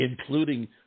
Including